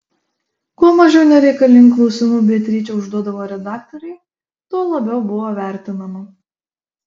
kuo mažiau nereikalingų klausimų beatričė užduodavo redaktorei tuo labiau buvo vertinama